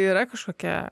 yra kažkokia